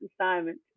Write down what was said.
assignment